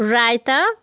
raita